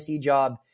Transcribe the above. job